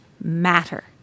matter